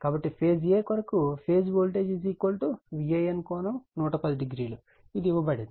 కాబట్టి phase a కొరకు phase voltage VAN ∠ 1100 ఇది ఇవ్వబడుతుంది